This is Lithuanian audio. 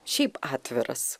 šiaip atviras